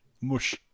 mush